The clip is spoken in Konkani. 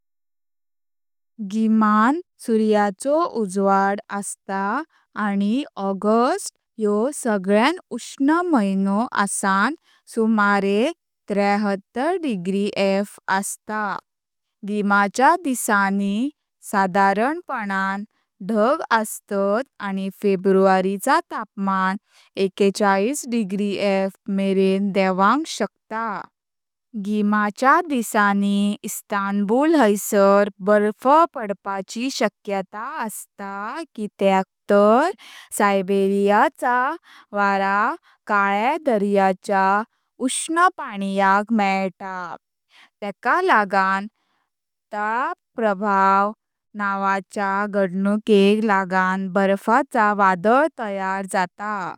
घीमान सूर्याचो उज्वाड असता आनी ऑगस्ट ह्यो सगल्यां उष्ण म्हयणो आस्तान सुमारे त्रेचत्तर फॅरेनहाइट असता। घीमाच्या दिसानी सादरपणां धग असतात आनी फेब्रुवारी चा तापमान एकेचाळीस फॅरेनहाइट मरेन देवांक शक्ता। घीमाच्या दिसानी इस्तानबुल हैसर बर्फ पडपाची शक्यता असता कित्यर तर सायबेरिया चा वारा काळया दर्याच्या उष्ण पाणीयक मेळता आनी तेका लागण तळा-प्रभाव नावाच्या घडनुकेंक लागण बर्फाचा वादळ तयार जाता।